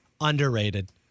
underrated